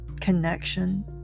connection